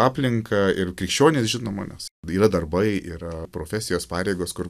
aplinka ir krikščionys žinoma nes yra darbai yra profesijos pareigos kur